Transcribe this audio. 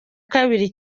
kabiri